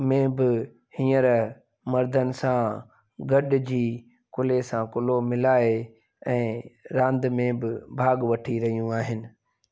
में बि हींअर मर्दनि सां गॾिजी कुल्हे सां कुल्हो मिलाए ऐं रांदि में बि भाॻु वठी रहियूं आहिनि